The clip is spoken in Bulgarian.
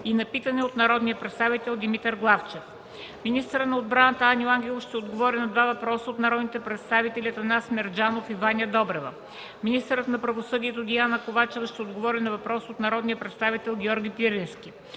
и на питане от народния представител Димитър Главчев; - министърът на отбраната Аню Ангелов ще отговори на два въпроса от народните представители Атанас Мерджанов и Ваня Добрева; - министърът на правосъдието Диана Ковачева ще отговори на въпрос от народния представител Георги Пирински;